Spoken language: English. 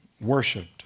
worshipped